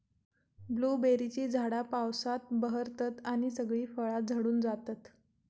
ब्लूबेरीची झाडा पावसात बहरतत आणि सगळी फळा झडून जातत